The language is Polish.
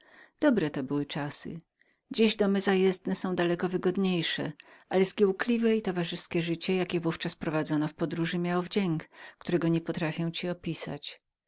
dobre to były czasy dziś domy zajezdne są daleko wygodniejsze ale zgiełkliwe i towarzyskie życie jakie w ówczas prowadzono w podróży miało wdzięk którego nie potrafię ci opisać